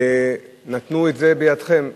נתנו את זה בידיכם,